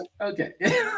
Okay